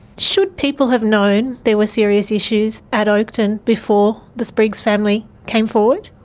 should people have known there were serious issues at oakden before the spriggs family came forward?